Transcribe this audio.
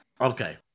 Okay